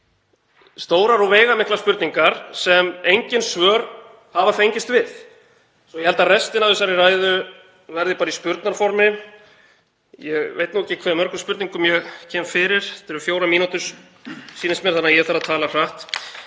margar stórar og veigamiklar spurningar sem engin svör hafa fengist við. Ég held að restin af þessari ræðu verði bara í spurnarformi. Ég veit ekki hve mörgum spurningum ég kem fyrir, mér sýnist ég hafa fjórar mínútur þannig að ég verð að tala hratt.